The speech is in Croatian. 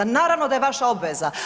Naravno da je vaša obveza.